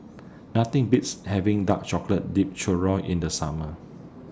Nothing Beats having Dark Chocolate Dipped Churro in The Summer